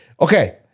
Okay